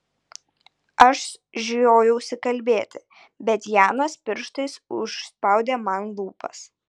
aš žiojausi kalbėti bet janas pirštais užspaudė man lūpas